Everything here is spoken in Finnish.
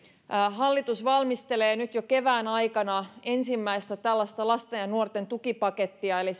hallitus valmistelee nyt jo kevään aikana ensimmäistä tällaista lasten ja nuorten tukipakettia eli